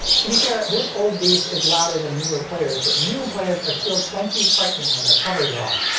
to be fair, this old beast is louder than newer players, but newer players are still plenty frightening when their covers are off.